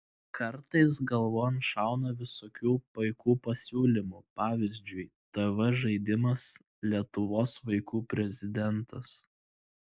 kartais galvon šauna visokių paikų pasiūlymų pavyzdžiui tv žaidimas lietuvos vaikų prezidentas